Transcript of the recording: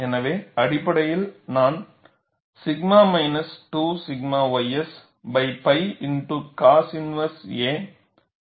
எனவே அடிப்படையில் நான் 𝛔 minus 2 𝛔 ys pi x cos inverse a a plus 𝛅 0